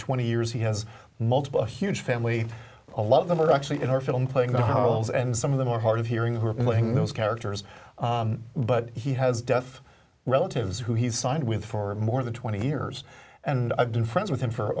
twenty years he has multiple huge family a lot of them are actually in our film playing the roles and some of them are hard of hearing who are playing those characters but he has deaf relatives who he's signed with for more than twenty years and i've been friends with him for